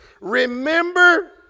remember